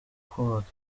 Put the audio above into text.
kubaka